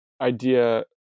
idea